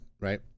right